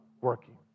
working